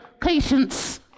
Patience